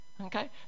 okay